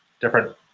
different